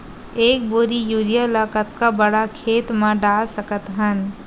एक बोरी यूरिया ल कतका बड़ा खेत म डाल सकत हन?